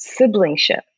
siblingship